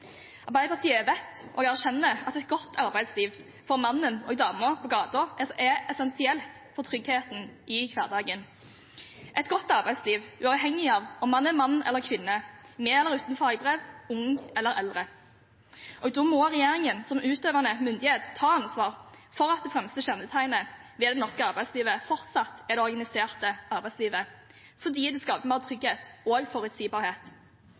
Arbeiderpartiet vet og erkjenner at et godt arbeidsliv for mannen og dama i gaten er essensielt for tryggheten i hverdagen – et godt arbeidsliv, uavhengig av om man er mann eller kvinne, med eller uten fagbrev, ung eller eldre. Da må regjeringen som utøvende myndighet ta ansvar for at det fremste kjennetegnet ved det norske arbeidslivet fortsatt er det organiserte arbeidslivet, fordi det skaper mer trygghet og forutsigbarhet.